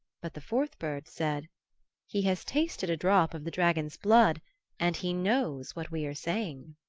but the fourth bird said he has tasted a drop of the dragon's blood and he knows what we are saying.